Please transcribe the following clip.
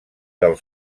del